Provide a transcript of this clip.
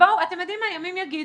אתם יודעים מה, ימים יגידו.